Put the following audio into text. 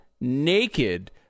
naked